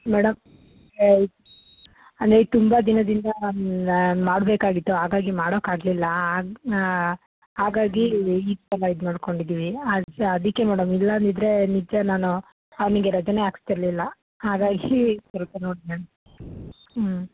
madam ಏಯ್ ಅಲ್ಲಿ ತುಂಬ ದಿನದಿಂದ ಒಂದು ಮಾಡಬೇಕಾಗಿತ್ತು ಹಾಗಾಗಿ ಮಾಡೋಕೆ ಆಗಲಿಲ್ಲ ಆಗ್ ಹಾಗಾಗಿ ಈ ಸಲ ಇದು ಮಾಡಿಕೊಂಡಿದೀವಿ ಅದು ಅದಕ್ಕೆ ಮೇಡಮ್ ಇಲ್ಲ ಅಂದಿದ್ದರೆ ನಿಜ ನಾನು ಅವನಿಗೆ ರಜೆನೆ ಹಾಕಿಸ್ತಿರ್ಲಿಲ್ಲ ಹಾಗಾಗಿ ಸ್ವಲ್ಪ ನೋಡಿ ಮ್ಯಾಮ್ ಹ್ಞೂ